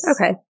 Okay